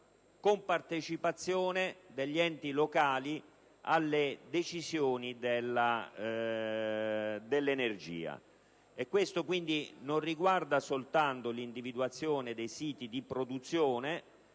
compartecipazione degli enti locali alle decisioni sull'energia. Ciò non riguarda quindi soltanto l'individuazione dei siti di produzione,